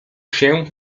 się